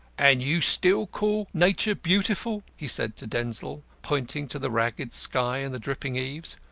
and you still call nature beautiful? he said to denzil, pointing to the ragged sky and the dripping eaves.